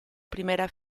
primera